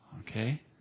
Okay